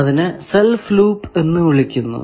അതിനെ self loop എന്ന് വിളിക്കുന്നു